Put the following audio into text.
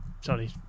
Sorry